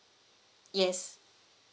yes